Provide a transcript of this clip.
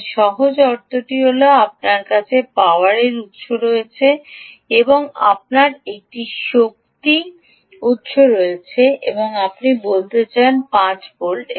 এর সহজ অর্থটি হল আপনার কাছে একটি পাওয়ার উৎস রয়েছে আপনার একটি শক্তি উৎস রয়েছে এবং আপনি আমাদের বলতে চান এটি 5 ভোল্ট